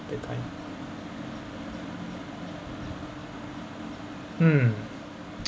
that kind hmm